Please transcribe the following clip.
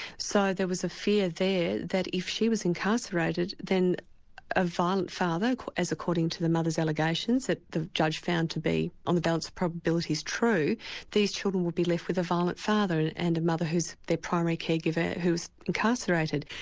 so there was a fear there that if she was incarcerated, then a violent father as according to the mother's allegations that the judge found to be on balance of probabilities true these children would be left with a violent father, and a mother who's their primary caregiver who's incarcerated.